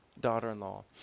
daughter-in-law